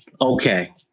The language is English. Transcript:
okay